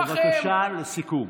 בבקשה, לסיכום.